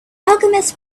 alchemist